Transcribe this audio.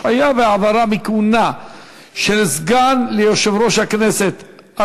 (השעיה והעברה מכהונה של סגן ליושב-ראש הכנסת),